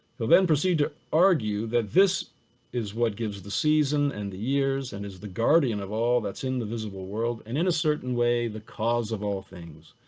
he'll then procedure argue that this is what gives the season and the years and is the guardian of all that's in the visible world and in a certain way, the cause of all things.